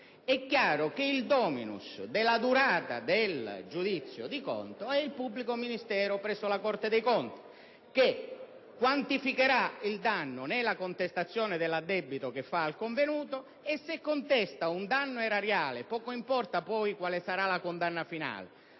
è chiaro che il *dominus* della durata del giudizio di conto è il pubblico ministero presso la Corte dei conti, il quale quantificherà il danno nella contestazione dell'addebito che fa al convenuto. Se contesta un danno erariale - poco importa poi quale sarà la condanna finale